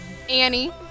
Annie